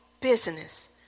business